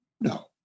No